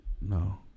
No